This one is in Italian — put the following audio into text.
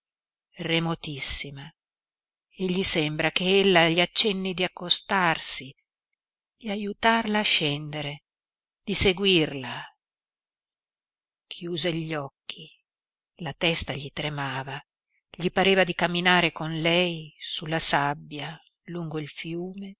anteriore remotissima e gli sembra che ella gli accenni di accostarsi di aiutarla a scendere di seguirla chiuse gli occhi la testa gli tremava gli pareva di camminare con lei sulla sabbia lungo il fiume